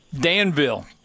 Danville